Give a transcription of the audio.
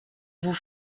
vous